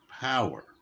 power